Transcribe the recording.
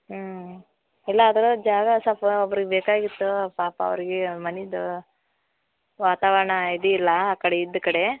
ಹ್ಞೂ ಇಲ್ಲ ಅದು ಜಾಗ ಸ್ವಲ್ಪ ಒಬ್ರಿಗೆ ಬೇಕಾಗಿತ್ತು ಪಾಪ ಅವರಿಗೆ ಮನೇದು ವಾತಾವರಣ ಇದು ಇಲ್ಲ ಆ ಕಡೆ ಇದ್ದ ಕಡೆ